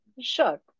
Sure